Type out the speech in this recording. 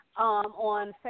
On